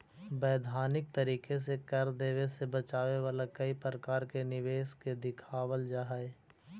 वैधानिक तरीके से कर देवे से बचावे वाला कई प्रकार के निवेश के दिखावल जा हई